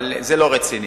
אבל זה לא רציני.